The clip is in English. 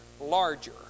larger